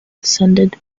descended